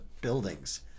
buildings